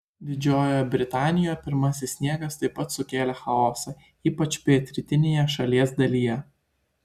didžiojoje britanijoje pirmasis sniegas taip pat sukėlė chaosą ypač pietrytinėje šalies dalyje